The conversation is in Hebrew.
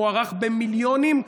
מוערך במיליונים,